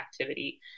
activity